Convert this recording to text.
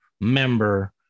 member